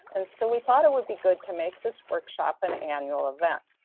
and so we thought it would be good to make this workshop an annual event.